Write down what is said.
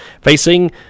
Facing